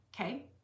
okay